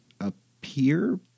appear